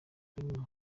filime